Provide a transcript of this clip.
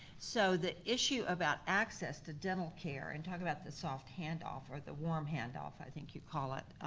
so the issue about access to dental care, and talking about the soft handoff, or the warm handoff i think you call it,